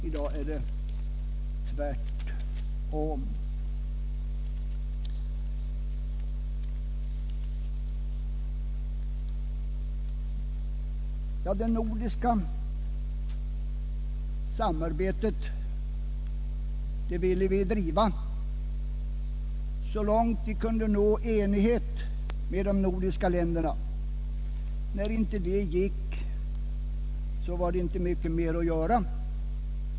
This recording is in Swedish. I dag är det tvärtom. Det nordiska samarbetet ville vi driva så långt vi kunde nå enighet med de övriga nordiska länderna. När det inte gick, fanns inte mycket mer att göra.